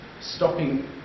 stopping